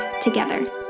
together